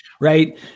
Right